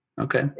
Okay